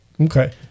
okay